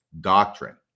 doctrine